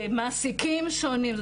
מעסיקים שונים.